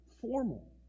formal